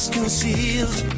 concealed